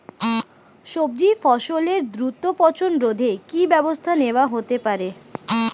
সবজি ফসলের দ্রুত পচন রোধে কি ব্যবস্থা নেয়া হতে পারে?